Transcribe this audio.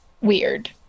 weird